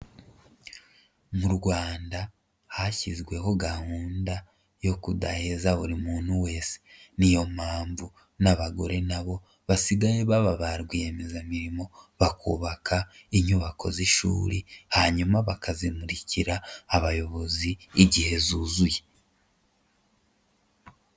Mu Rwanda hashyizweho gahunda yo kudaheza buri muntu wese, niyo mpamvu n'abagore nabo basigaye baba ba rwiyemezamirimo, bakubaka inyubako z'ishuri, hanyuma bakazimurikira abayobozi igihe zuzuye.